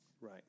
Right